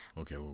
Okay